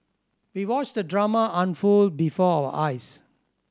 we watched the drama unfold before our eyes